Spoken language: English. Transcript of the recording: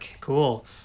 Cool